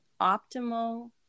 optimal